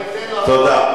אני אתן לו, תודה.